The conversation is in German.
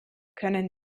können